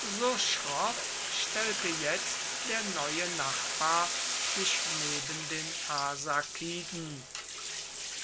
so schroff stellte jetzt der neue nachbar sich neben den arsakiden